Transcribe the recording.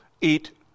eat